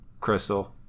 Crystal